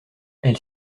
elle